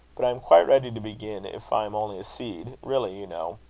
but i am quite ready to begin, if i am only a seed really, you know.